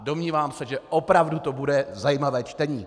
Domnívám se, že opravdu to bude zajímavé čtení.